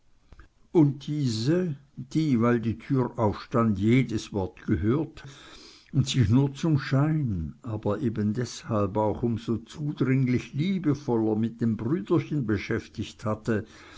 und diese die weil die tür aufstand jedes wort gehört und sich nur zum schein aber eben deshalb auch um so zudringlich liebevoller mit dem brüderchen beschäftigt hatte